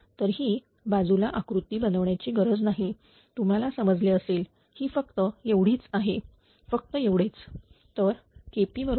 तर ही बाजूला आकृती बनवण्याची गरज नाही तुम्हाला समजले असेल ही फक्त एवढीच आहे फक्त एवढेच